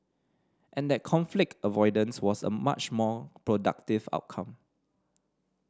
and that conflict avoidance was a much more productive outcome